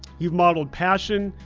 you've modeled passion,